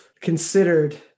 considered